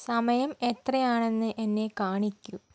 സമയം എത്രയാണെന്ന് എന്നെ കാണിക്കൂ